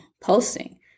posting